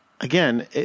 again